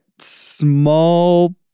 small